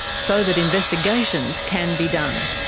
so that investigations can be done.